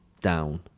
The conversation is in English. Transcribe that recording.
down